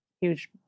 huge